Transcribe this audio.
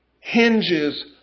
hinges